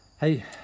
Hey